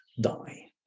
die